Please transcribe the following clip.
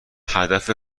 هدف